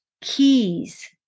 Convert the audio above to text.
keys